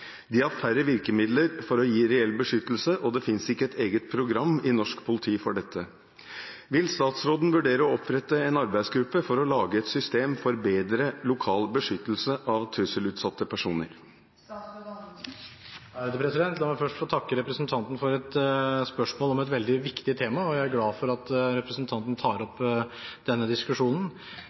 De har færre virkemidler for å gi reell beskyttelse, og det fins ikke et eget program i norsk politi for dette. Vil statsråden vurdere å opprette en arbeidsgruppe for å lage et system for bedre lokal beskyttelse av trusselutsatte personer?» La meg først få takke representanten for et spørsmål om et veldig viktig tema, og jeg er glad for at representanten tar opp denne diskusjonen.